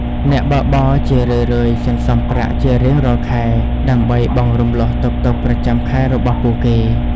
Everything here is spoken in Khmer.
អ្នកបើកបរជារឿយៗសន្សំប្រាក់ជារៀងរាល់ខែ ដើម្បីបង់រំលស់តុកតុកប្រចាំខែរបស់ពួកគេ។